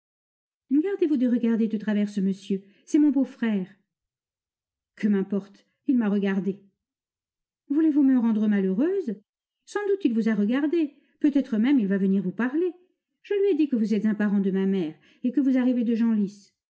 gardez-vous de regarder de travers ce monsieur c'est mon beau-frère que m'importe il m'a regardé voulez-vous me rendre malheureuse sans doute il vous a regardé peut-être même il va venir vous parler je lui ai dit que vous êtes un parent de ma mère et que vous arrivez de